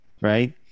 Right